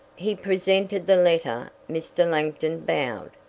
he presented the letter. mr. langton bowed,